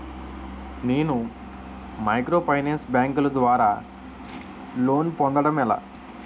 నేను మైక్రోఫైనాన్స్ బ్యాంకుల ద్వారా లోన్ పొందడం ఎలా?